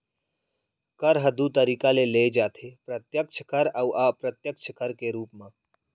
कर ह दू तरीका ले लेय जाथे प्रत्यक्छ कर अउ अप्रत्यक्छ कर के रूप म